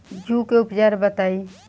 जूं के उपचार बताई?